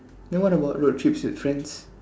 then what about road trips with friends